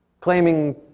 claiming